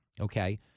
okay